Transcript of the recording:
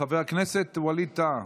חבר הכנסת ווליד טאהא,